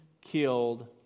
killed